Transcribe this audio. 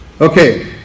Okay